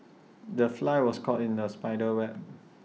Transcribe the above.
the fly was caught in the spider's web